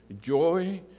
joy